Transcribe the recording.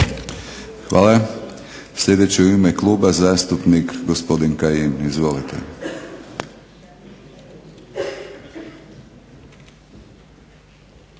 Hvala. Sljedeći u ime kluba zastupnik Damir Kajin. Izvolite.